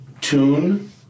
tune